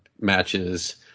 matches